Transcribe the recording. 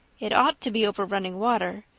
it ought to be over running water.